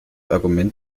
argument